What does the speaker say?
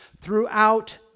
throughout